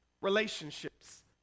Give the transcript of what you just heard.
relationships